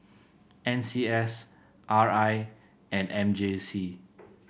N C S R I and M J C